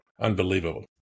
Unbelievable